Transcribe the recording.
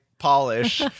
Polish